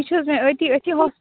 یہِ چھُ حظ مےٚ أتی أتی ہاس